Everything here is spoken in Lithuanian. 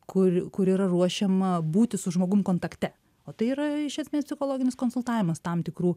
kur kur yra ruošiama būti su žmogum kontakte o tai yra iš esmės psichologinis konsultavimas tam tikrų